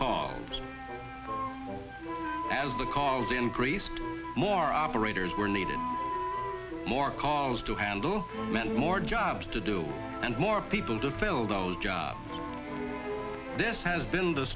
calls as the calls increased more operators were needed more calls to handle meant more jobs to do and more people to fill those jobs this has been the